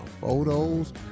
photos